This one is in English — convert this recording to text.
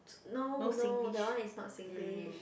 no no that one is not Singlish